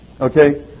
Okay